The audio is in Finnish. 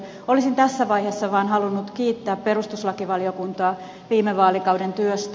olisin tässä vaiheessa vain halunnut kiittää perustuslakivaliokuntaa viime vaalikauden työstä